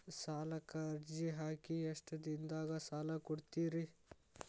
ಸಾಲಕ ಅರ್ಜಿ ಹಾಕಿ ಎಷ್ಟು ದಿನದಾಗ ಸಾಲ ಕೊಡ್ತೇರಿ?